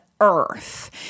earth